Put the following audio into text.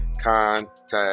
contact